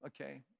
Okay